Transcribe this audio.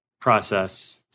process